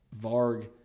Varg